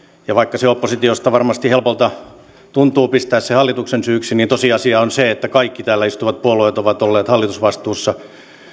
vaikka oppositiosta varmasti helpolta tuntuu pistää se hallituksen syyksi niin tosiasia on se että kaikki täällä istuvat puolueet ovat olleet hallitusvastuussa